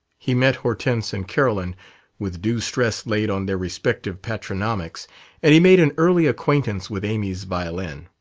he met hortense and carolyn with due stress laid on their respective patronymics and he made an early acquaintance with amy's violin.